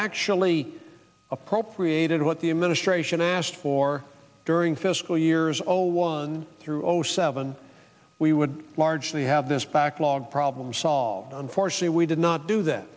actually appropriated what the administration asked for during fiscal years oh one through zero seven we would largely have this backlog problem solved unfortunately we did not do that